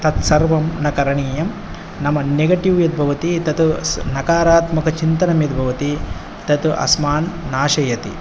तत्सर्वं न करणीयं नाम् नेगटिव् यद् भवति तत् स् नकारात्मकचिन्तनं यद् भवति तत् अस्मान् नाशयति